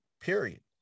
period